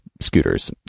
scooters